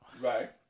right